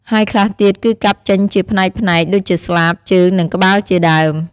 ហើយខ្លះទៀតគឺកាប់ចេញជាផ្នែកៗ ដូចជាស្លាប ជើង និងក្បាលជាដើម។